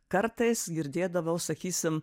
kartais girdėdavau sakysim